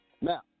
Now